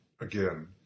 again